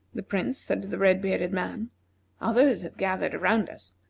the prince said to the red-bearded man others have gathered around us.